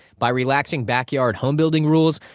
by relaxing backyard homebuilding rules,